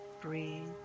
breathe